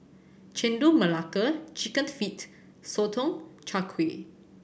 Chendol Melaka Chicken Feet Sotong Char Kway